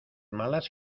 malas